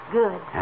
good